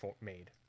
made